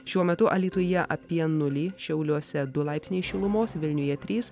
šiuo metu alytuje apie nulį šiauliuose du laipsniai šilumos vilniuje trys